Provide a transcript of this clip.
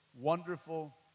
wonderful